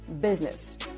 business